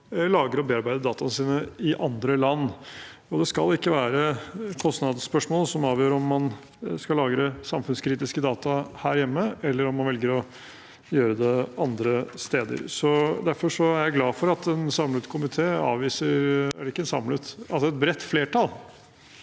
lagre og bearbeide dataene sine i andre land. Det skal ikke være et kostnadsspørsmål som avgjør om man skal lagre samfunnskritiske data her hjemme, eller om man velger å gjøre det andre steder. Derfor er jeg glad for at et bredt flertall